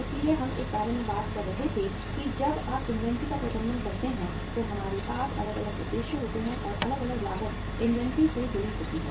इसलिए हम इस बारे में बात कर रहे थे कि जब आप इन्वेंट्री का प्रबंधन करते हैं तो हमारे पास अलग अलग उद्देश्य होते हैं और अलग अलग लागत इन्वेंट्री से जुड़ी होती है